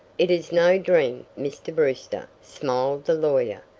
it is no dream, mr. brewster, smiled the lawyer.